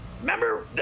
Remember